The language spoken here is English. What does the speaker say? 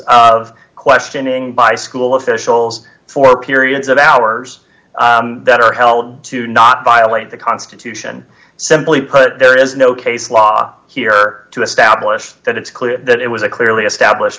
of questioning by school officials for periods of hours that are held to not violate the constitution simply put there is no case law here to establish that it's clear that it was a clearly established